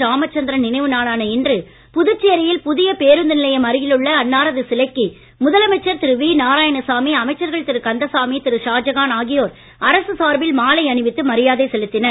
ராமச்சந்திரன் நினைவு நாளான இன்று புதுச்சேரியில் புதிய பேருந்து நிலையம் உள்ள அன்னாரது சிலைக்கு முதலமைச்சர் திரு வி நாராயணசாமி அமைச்சர்கள் திரு கந்தசாமி திரு ஷாஜகான் ஆகியோர் அரசு சார்பில் மாலை அணிவித்து மரியாதை செலுத்தினர்